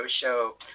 show